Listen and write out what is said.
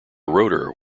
rotor